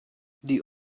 die